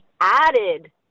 added